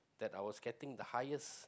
that I was getting the highest